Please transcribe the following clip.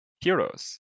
heroes